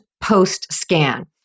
post-scan